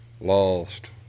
lost